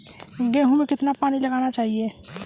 गेहूँ में कितना पानी लगाना चाहिए?